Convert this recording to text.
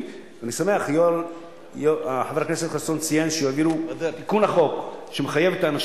אני חושב שחובתו של מבקר היא לבקר את המערכות וחובתם של